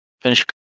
Finish